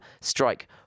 strike